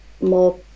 more